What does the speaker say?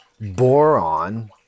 boron